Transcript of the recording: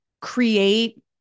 create